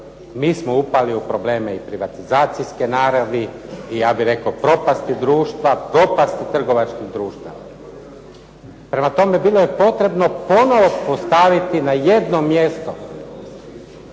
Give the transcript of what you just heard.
mi smo upali u probleme i privatizacijske naravi i ja bih rekao propasti društva, propasti trgovačkih društava. Prema tome, bilo je potrebno ponovno postaviti na jedno mjesto